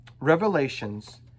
Revelations